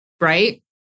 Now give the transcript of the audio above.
Right